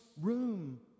room